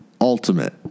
ultimate